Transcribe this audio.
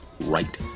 right